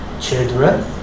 children